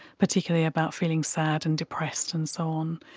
particularly about feeling sad and depressed and so on.